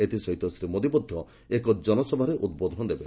ଏଥିସହ ଶ୍ରୀ ମୋଦି ମଧ୍ୟ ଏକ ଜନସଭାରେ ଉଦ୍ବୋଧନ ଦେବେ